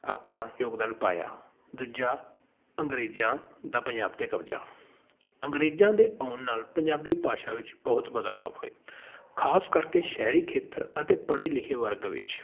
ਆਪਣਾ ਯੋਗਦਾਨ ਪਾਇਆ ਦੂਜਾ ਅੰਗਰੇਜ਼ਾਂ ਦਾ ਪੰਜਾਬ 'ਤੇ ਕਬਜ਼ਾ ਅੰਗਰੇਜ਼ਾਂ ਦੇ ਆਉਣ ਨਾਲ ਪੰਜਾਬੀ ਭਾਸ਼ਾ ਵਿੱਚ ਬਹੁਤ ਬਦਲਾਅ ਹੋਏ ਖਾਸ ਕਰਕੇ ਸ਼ਹਿਰੀ ਖੇਤਰ ਅਤੇ ਪੜ੍ਹੇ ਲਿਖੇ ਵਰਗ ਵਿੱਚ